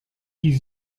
die